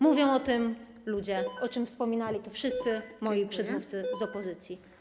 Mówią o tym ludzie, o czym wspominali tu wszyscy moi przedmówcy z opozycji.